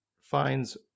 finds